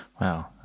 Wow